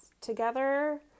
together